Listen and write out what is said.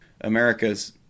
America's